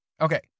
Okay